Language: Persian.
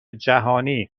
جهانی